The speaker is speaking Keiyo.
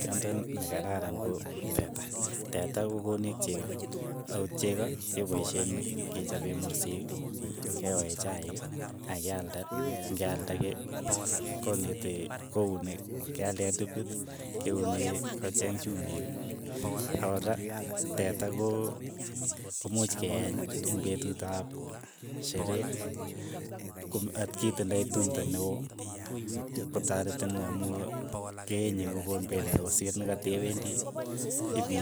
Tyondo nekararan ko teta, teta ko koneech cheko, ako cheko kepaishen kechope mursik, keoee chaiik, ak kealde, ng'ealda ke koneti ko une. keale tipit keune, kocheng chumbik, ak kora teta ko- ko muuch ke eny eng' petut ap sheree ko at kitindoi tumto neeo, kotaretin amu keenye kokoon pendo kosiir nekatewendi ipi